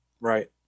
Right